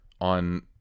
on